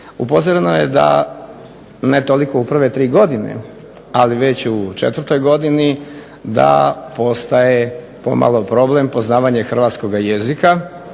upozoreno je da, ne toliko u prve tri godine, ali već u četvrtoj godini da postaje pomalo problem poznavanje hrvatskoga jezika,